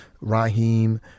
Raheem